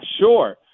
sure